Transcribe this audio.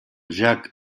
jacques